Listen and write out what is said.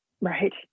right